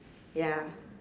ya